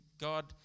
God